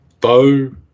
Bo